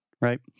right